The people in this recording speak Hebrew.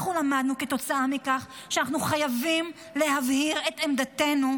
אנחנו למדנו כתוצאה מכך שאנחנו חייבים להבהיר את עמדתנו,